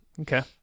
okay